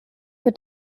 wird